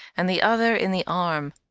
and the other in the arm,